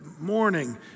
morning